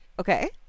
Okay